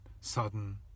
sudden